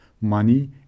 Money